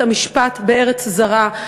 המשפט בארץ זרה.